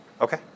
Okay